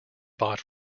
bought